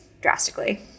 drastically